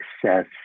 success